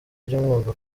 ry’umwuga